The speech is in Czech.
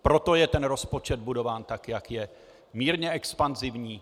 Proto je rozpočet budován tak, jak je: mírně expanzivní.